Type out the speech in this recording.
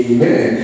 Amen